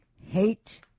Hate